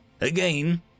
Again